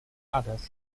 others